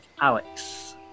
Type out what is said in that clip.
Alex